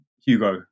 Hugo